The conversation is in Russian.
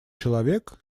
человек